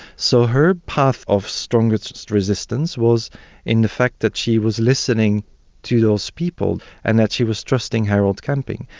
so her path of strongest resistance was in the fact that she was listening to those people and that she was trusting harold camping.